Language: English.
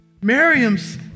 Miriam's